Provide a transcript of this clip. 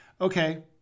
okay